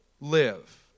live